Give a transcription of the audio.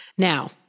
Now